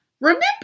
Remember